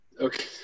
Okay